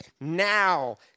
now